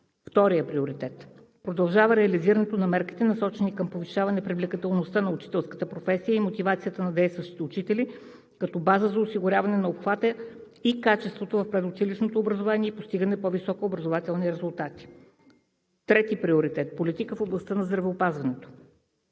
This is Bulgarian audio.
вторият приоритет Продължава реализирането на мерките, насочени към повишаване привлекателността на учителската професия и мотивацията на действащите учители, като база за осигуряване на обхвата и качеството в предучилищното образование за постигане на по-високи образователни резултати. Трети приоритет – Политика в областта на здравеопазването